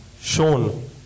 shown